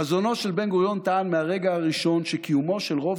חזונו של בן-גוריון טען מהרגע הראשון שקיומו של רוב